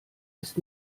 ist